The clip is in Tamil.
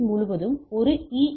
எஸ் முழுவதும் ஒரு ஈ